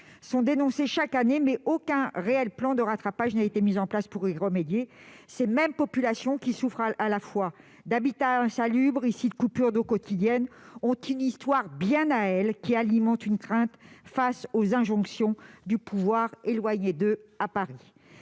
sont dénoncés chaque année, mais aucun véritable plan de rattrapage n'a été mis en place pour y remédier. Ces mêmes populations, qui souffrent là d'habitat insalubre, ici de coupures d'eau quotidiennes, ont une histoire bien à elles, qui alimente une crainte face aux injonctions du pouvoir éloigné d'elles, à Paris.